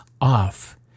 off